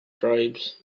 tribes